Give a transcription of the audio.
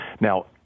Now